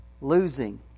losing